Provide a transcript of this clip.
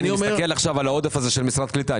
אני מסתכל עכשיו על העודף הזה של משרד הקליטה,